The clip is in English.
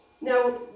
Now